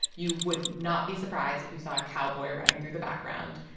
you would not be surprised if you saw a cowboy riding through the background.